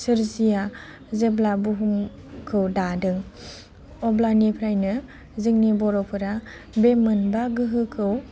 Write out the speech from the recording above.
सोरजिया जेब्ला बुहुमखौ दादों अब्लानिफ्रायनो जोंनि बर'फ्रा बे मोनबा गोहोखौ